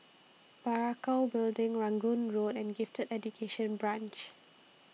Parakou Building Rangoon Road and Gifted Education Branch